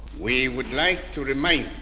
we would like to remind